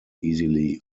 easily